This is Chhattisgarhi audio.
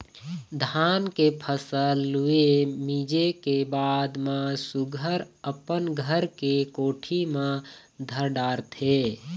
धान के फसल लूए, मिंजे के बाद म सुग्घर अपन घर के कोठी म धर डारथे